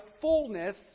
fullness